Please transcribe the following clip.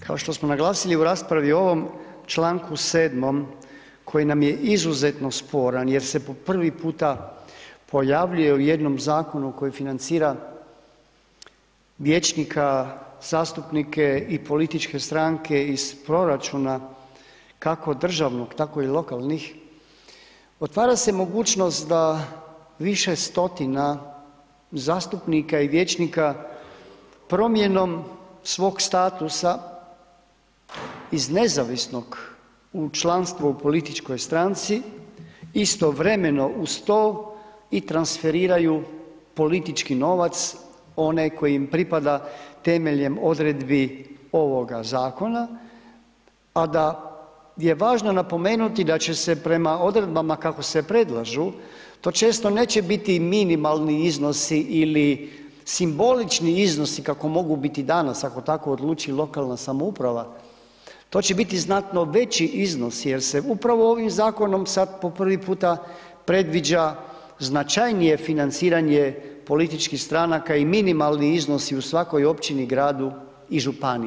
Kao što smo naglasili u raspravi o ovom članku 7. koji nam je izuzetno sporan jer se po prvi puta pojavljuje u jednom zakonu koji financira vijećnika, zastupnike i političke stranke iz proračuna kako državnog tako i lokalnih, otvara se mogućnost da više stotina zastupnika i vijećnika promjenom svog statusa iz nezavisnog u članstvo u političkoj stranci istovremeno uz to i transferiraju politički novac onaj koji im pripada temeljem odredbi ovoga zakona, a da je važno napomenuti da će se prema odredbama kako se predlažu to često neće biti minimalni iznosi ili simbolični iznosi kako mogu biti danas, ako tako odluči lokalna samouprava, to će biti znatno veći iznosi jer se upravo ovim zakonom sad po prvi put predviđa značajnije financiranje političkih stranaka i minimalni iznosi u svakoj općini, gradu i županiji.